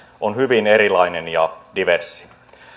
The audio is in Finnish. on hyvin erilainen ja diverssi